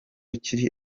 kiri